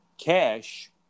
Cash